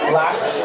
last